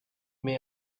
may